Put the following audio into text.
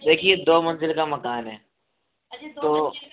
देखिये दो मंजिल का मकान है तो